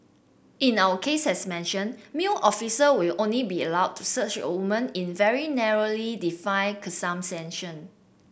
in our case as mentioned male officers will only be allowed to search a woman in very narrowly defined